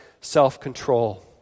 self-control